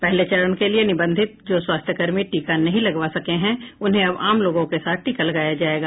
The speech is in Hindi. पहले चरण के लिये निबंधित जो स्वास्थ्यकर्मी टीका नहीं लगवा सके हैं उन्हें अब आम लोगों के साथ टीका लगाया जाएगा